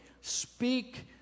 speak